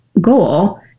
goal